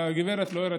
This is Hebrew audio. הגברת לא הראתה,